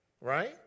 right